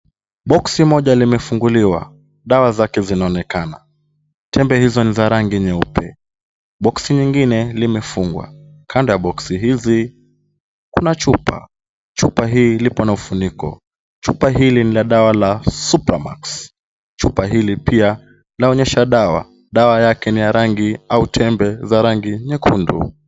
Boksi moja limefunguliwa, dawa zake zinaonekana. Tembe hizo ni za rangi nyeupe. Boksi lingine limefungwa. Kando ya boksi hizi kuna chupa, chupa hili lipo na ufuniko. Chupa hili ni la dawa la Supamax. Chupa hili pia laonyesha dawa, dawa yake ni ya rangi au tembe za rangi nyekundu.